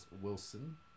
Wilson